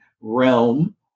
realm